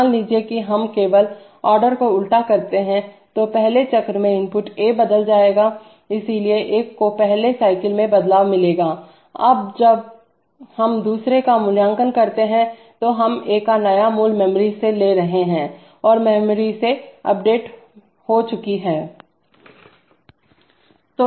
मान लीजिए कि हम केवल ऑर्डर को उल्टा करते हैं तो पहले चक्र में इनपुट A बदल जाएगा इसलिए A को पहले साइकिल में बदलाव मिलेगा अब जब हम दूसरे का मूल्यांकन करते हैं तो हम A का नया मूल्य मेमोरी से ले रहे हैं और मेमोरी से अपडेट हो चुकी है